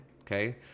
okay